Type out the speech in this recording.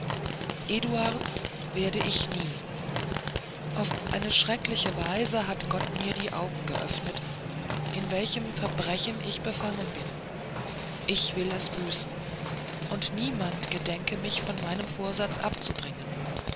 eduards werd ich nie auf eine schreckliche weise hat gott mir die augen geöffnet in welchem verbrechen ich befangen bin ich will es büßen und niemand gedenke mich von meinem vorsatz abzubringen